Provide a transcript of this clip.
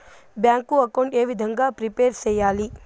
Bank account ఏ విధంగా prepare సెయ్యాలి?